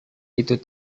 itu